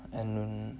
and